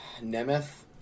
Nemeth